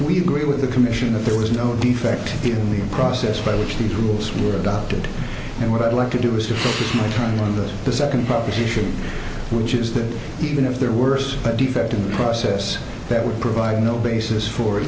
we agree with the commission that there was no defect in the process by which the rules were adopted and what i'd like to do is to determine that the second proposition which is that even if they're worse a defect in the process that would provide no basis for